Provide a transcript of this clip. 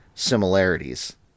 similarities